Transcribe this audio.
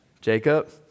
Jacob